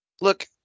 Look